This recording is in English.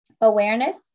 Awareness